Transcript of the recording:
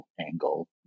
angle